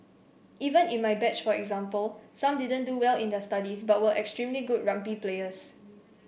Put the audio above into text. even in my batch for example some didn't do well in their studies but were extremely good rugby players